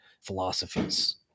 philosophies